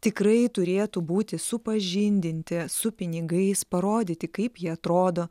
tikrai turėtų būti supažindinti su pinigais parodyti kaip jie atrodo